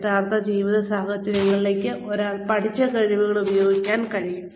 യഥാർത്ഥ ജീവിത സാഹചര്യങ്ങളിലേക്ക് ഒരാൾ പഠിച്ച കഴിവുകൾ പ്രയോഗിക്കാൻ കഴിയും